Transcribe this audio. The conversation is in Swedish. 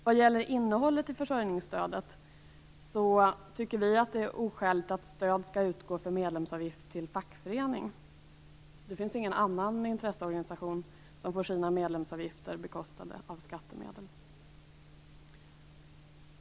När det gäller innehållet i försörjningsstödet tycker vi att det är oskäligt att stöd skall utgå för medlemsavgift till fackförening. Det finns ingen annan intresseorganisation som får sina medlemsavgifter bekostade av skattemedel.